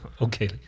Okay